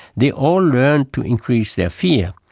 they all learn to increase their fear.